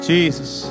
Jesus